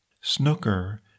Snooker